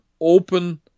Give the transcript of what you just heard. open